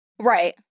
right